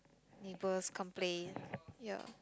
neighbours complain ya